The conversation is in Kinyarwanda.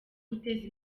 guteza